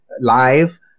live